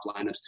lineups